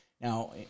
Now